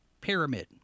pyramid